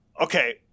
Okay